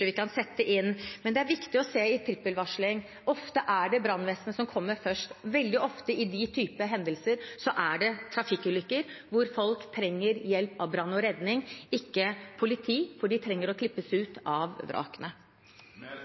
vi kan sette inn. Men det er viktig å se at det ofte er brannvesenet som kommer først ved trippelvarsling. I den typen hendelser er det veldig ofte trafikkulykker hvor folk trenger hjelp av brann og redning, ikke politi, for de trenger å klippes ut av